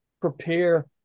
Prepare